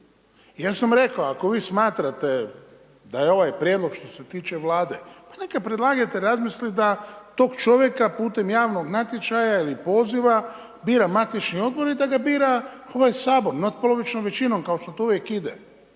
Ja sam rekao ako vi smatrate da je ovaj prijedlog što se tiče Vlade, pa neka predlagatelj razmisli da tog čovjeka putem javnog natječaja ili poziva, bira matični odbor i da ga bira ovaj Sabor natpolovičnom većinom kao što to uvijek ide,